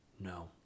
No